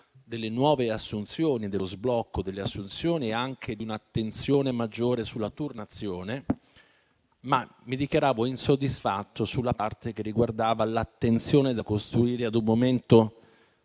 delle nuove assunzioni, dello sblocco delle assunzioni e anche di un'attenzione maggiore sulla turnazione. Mi dichiaravo però insoddisfatto sulla parte che riguardava l'attenzione da dedicare a un momento